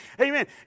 amen